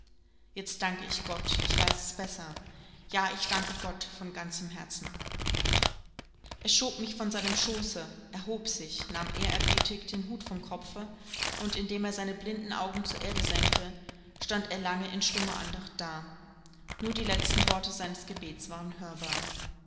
jetzt danke ich gott ich weiß es besser ja ich danke gott von ganzem herzen er schob mich von seinem schooße erhob sich nahm ehrerbietig den hut vom kopfe und indem er seine blinden augen zur erde senkte stand er lange in stummer andacht da nur die letzten worte seines gebets waren hörbar